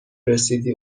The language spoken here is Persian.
رسیدی